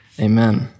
amen